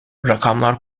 rakamlar